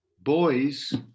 Boys